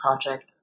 project